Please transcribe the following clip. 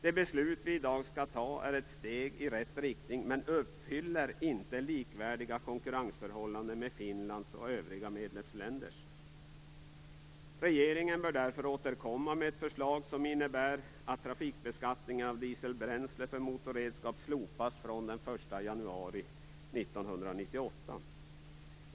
Det beslut vi i dag skall fatta är ett steg i rätt riktning, men det uppfyller inte kravet på likvärdiga konkurrensförhållanden jämfört med Finlands och övriga medlemsländers. Regeringen bör därför återkomma med ett förslag som innebär att trafikbeskattningen av dieselbränsle för motorredskap slopas fr.o.m. den 1 januari 1998.